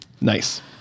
Nice